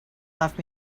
left